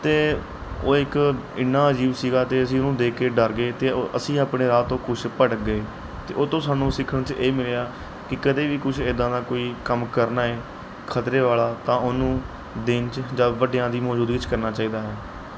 ਅਤੇ ਉਹ ਇੱਕ ਇੰਨਾ ਅਜੀਬ ਸੀਗਾ ਅਤੇ ਅਸੀਂ ਉਹਨੂੰ ਦੇਖ ਕੇ ਡਰ ਗਏ ਅਤੇ ਓ ਅਸੀਂ ਆਪਣੇ ਰਾਹ ਤੋਂ ਕੁਛ ਭਟਕ ਗਏ ਅਤੇ ਉਹ ਤੋਂ ਸਾਨੂੰ ਸਿੱਖਣ 'ਚ ਇਹ ਮਿਲਿਆ ਕਿ ਕਦੇ ਵੀ ਕੁਛ ਇੱਦਾਂ ਦਾ ਕੋਈ ਕੰਮ ਕਰਨਾ ਹੈ ਖਤਰੇ ਵਾਲਾ ਤਾਂ ਉਹਨੂੰ ਦਿਨ 'ਚ ਜਾਂ ਵੱਡਿਆਂ ਦੀ ਮੌਜੂਦਗੀ 'ਚ ਕਰਨਾ ਚਾਹੀਦਾ ਹੈ